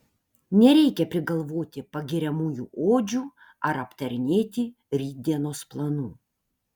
nereikia prigalvoti pagiriamųjų odžių ar aptarinėti rytdienos planų